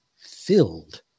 filled